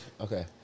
okay